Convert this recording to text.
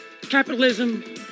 capitalism